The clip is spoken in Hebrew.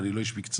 אני לא איש מקצוע,